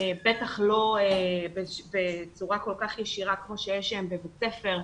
בטח לא בצורה כל כך ישירה כמו שיש להם בבית הספר.